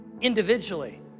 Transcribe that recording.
individually